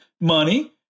money